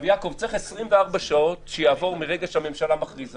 יעקב, צריך 24 שעות שיעברו מהרגע שהממשלה מכריזה